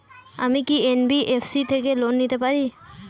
আমি কি এন.বি.এফ.সি থেকে লোন নিতে পারি?